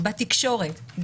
בתקשורת,